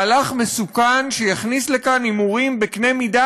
מהלך מסוכן שיכניס לכאן הימורים בקנה מידה